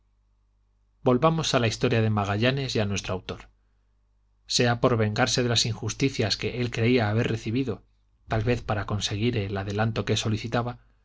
volvamos a la historia de magallanes y a nuestro autor sea por vengarse de las injusticias que él creía haber recibido tal vez para conseguir el adelanto que solicitaba